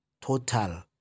Total